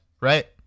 Right